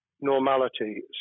normality